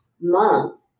month